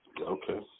Okay